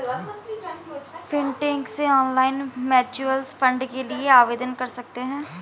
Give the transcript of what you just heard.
fintech से online mutual fund के लिए आवेदन कर सकते हैं